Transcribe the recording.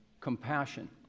compassion